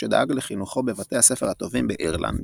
שדאג לחינוכו בבתי הספר הטובים באירלנד.